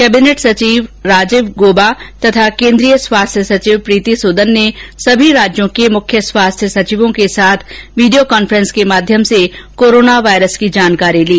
cabinet सचिव राजीव गोबा तथा केन्द्रीय स्वास्थ्य सचिव प्रीति सुदन ने सभी राज्यों के प्रमुख स्वास्थ्य सचिवों के साथ वीडियो कान्फ्रेंस के माध्यम से कोरोना वायरस की जानकारी ली